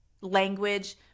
language